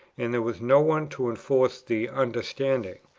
and there was no one to enforce the understanding.